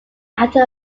after